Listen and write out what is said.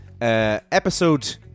episode